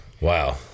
Wow